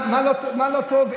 מה לא טוב?